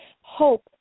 hope